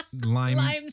Lime